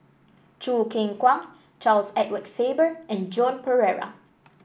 Choo Keng Kwang Charles Edward Faber and Joan Pereira